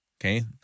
okay